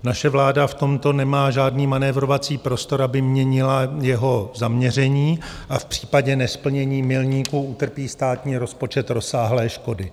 Naše vláda v tomto nemá žádný manévrovací prostor, aby měnila jeho zaměření, a v případě nesplnění milníků utrpí státní rozpočet rozsáhlé škody.